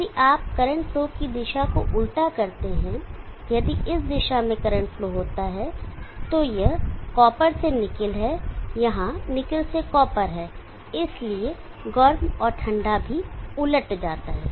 यदि आप current flow की दिशा को उल्टा करते हैं यदि इस दिशा में करंट फ्लो होता है तो यह यहां कॉपर से निकिल है यहाँ यह निकिल से कॉपर है और इसलिए गर्म और ठंडा भी उलट जाता है